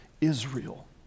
Israel